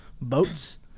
boats